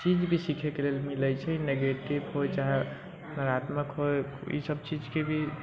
चीज भी सीखैके लेल मिलैत छै नेगेटिव होय चाहे सकारात्मक होय ई सब चीजके भी